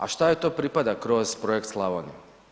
A šta joj to pripada kroz projekt Slavonija?